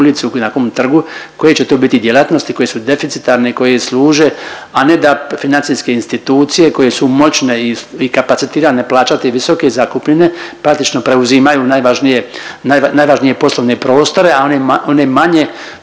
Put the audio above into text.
ulici, na kojem trgu koje će to biti djelatnosti koje su deficitarne i koje služe, a ne da financijske institucije koje su moćne i kapacitirane plaćati visoke zakupnine praktično preuzimaju najvažnije poslovne prostore, a one manje